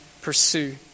pursue